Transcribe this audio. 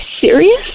serious